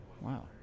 Wow